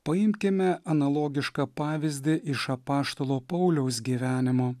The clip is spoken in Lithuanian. paimkime analogišką pavyzdį iš apaštalo pauliaus gyvenimo